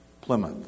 Plymouth